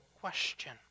question